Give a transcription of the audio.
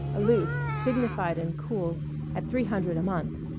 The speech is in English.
aloof, dignified, and cool at three hundred a month.